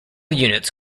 units